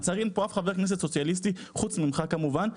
לצערי אין פה אף חבר כנסת סוציאליסטי חוץ ממך כמובן,